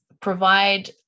provide